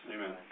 Amen